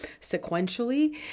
sequentially